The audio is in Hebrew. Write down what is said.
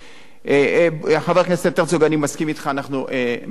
אנחנו ממשיכים עם הנושא הזה של ביטחון תזונתי.